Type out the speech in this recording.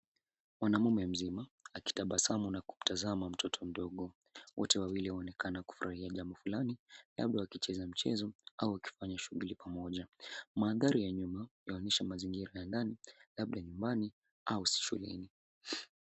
Mwanamume mzima akitabasamu na kumtazama mtoto mdogo. Wote wawili waonekana kufurahia jambo fulani, labda wakicheza mchezo au wakifanya shughuli pamoja. Mandhari ya nyuma yaonyesha mazingira ya ndani, labda nyumbani au shuleni.